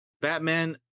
Batman